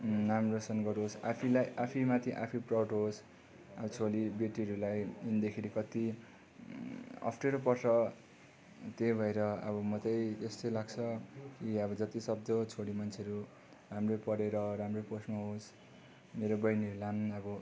नाम रोसन गरोस् आफैलाई आफै माथि आफै प्राउड होस् अब छोरी बेटीहरूलाई देखेर कति अप्ठ्यारो पर्छ त्यही भएर अब म त्यही यस्तै लाग्छ कि अब जतिसक्दो छोरी मान्छेहरू राम्रै पढेर राम्रै पोस्टमा होस् मेरो बहिनीहरूलाई पनि अब